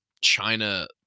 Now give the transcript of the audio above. China